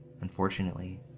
Unfortunately